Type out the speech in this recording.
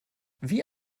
wie